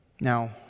Now